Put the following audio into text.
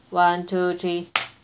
one two three